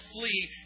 flee